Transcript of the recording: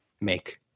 make